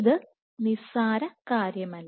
ഇത് നിസാര കാര്യമല്ല